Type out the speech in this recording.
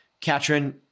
Katrin